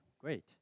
great